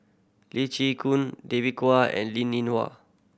Lee Chin Koon David Kwo and Linn In Hua